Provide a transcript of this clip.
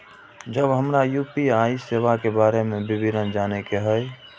जब हमरा यू.पी.आई सेवा के बारे में विवरण जाने के हाय?